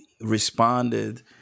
responded